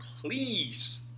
please